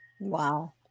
Wow